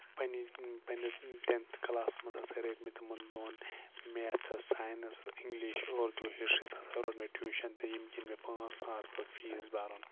پَنٕنہِ پَنٕنِس ٹینتھٕ کَلاسس منٛز ہسا رٔٹۍ مےٚ تِمَن دۄین میتھس ساٮ۪ینسس اِنگلِش اُردو ہِسٹری ہسا روٚٹ مےٚ ٹیوٗشن تہٕ ییٚمہِ کِن مےٚ پانٛژھ ساس پیٚو فیٖس بَرُن